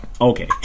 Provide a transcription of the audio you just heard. Okay